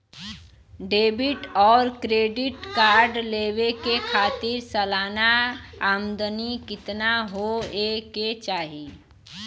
Debit और credit card लेवे के खातिर सलाना आमदनी कितना हो ये के चाही?